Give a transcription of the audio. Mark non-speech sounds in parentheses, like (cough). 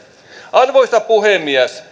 arvoisa puhemies (unintelligible)